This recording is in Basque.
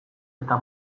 eta